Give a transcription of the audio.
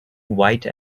white